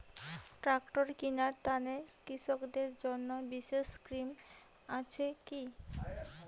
Tractor কিনার তানে কৃষকদের জন্য বিশেষ স্কিম আছি কি?